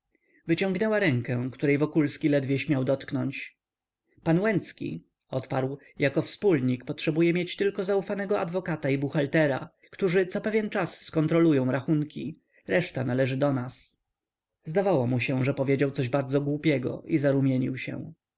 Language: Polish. wyciągnęła rękę której wokulski ledwie śmiał dotknąć pan łęcki odparł jako wspólnik potrzebuje mieć tylko zaufanego adwokata i buchaltera którzy co pewien czas skontrolują rachunki reszta należy do nas zdawało mu się że powiedział coś bardzo głupiego i zarumienił się